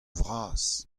vras